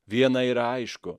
viena yra aišku